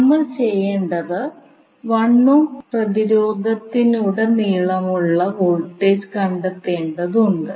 നമ്മൾ ചെയ്യേണ്ടത് 1 ഓം പ്രതിരോധത്തിലുടനീളം ഉള്ള വോൾട്ടേജ് കണ്ടെത്തേണ്ടതുണ്ട്